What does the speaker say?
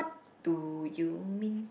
do you mean